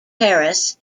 terrace